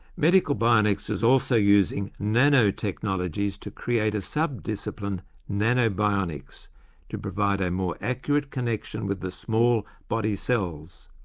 medical bionics is also using nanotechnologies to create a sub-discipline nano-bionics to provide a more accurate connection with the small body cells.